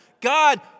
God